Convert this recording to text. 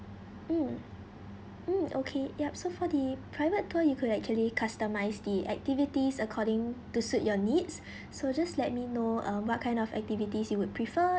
mm mm okay yup so for the private tour you could actually customise the activities according to suit your needs so just let me know uh what kind of activities you would prefer